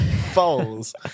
Falls